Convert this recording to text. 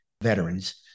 veterans